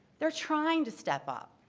they're trying to step up.